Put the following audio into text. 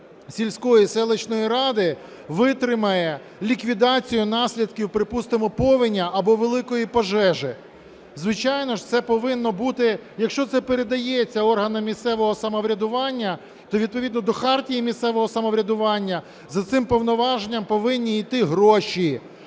сільської, селищної ради витримає ліквідацію наслідків, припустимо, повені або великої пожежі. Звичайно ж, це повинно бути, якщо це передається органам місцевого самоврядування, то відповідно до Хартії місцевого самоврядування за цим повноваженням повинні іти гроші.